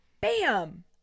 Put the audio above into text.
bam